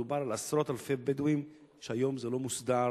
מדובר על עשרות אלפי בדואים, והיום זה לא מוסדר,